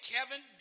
Kevin